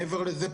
מעבר לזה,